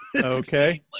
Okay